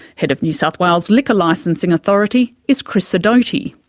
head of new south wales' liquor licensing authority is chris sidoti.